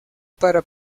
para